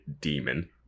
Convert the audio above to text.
demon